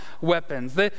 weapons